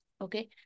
Okay